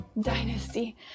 dynasty